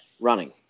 running